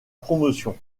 promotion